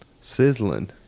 Sizzling